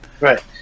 Right